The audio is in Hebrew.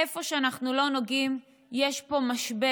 איפה שאנחנו לא נוגעים, יש פה משבר